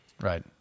right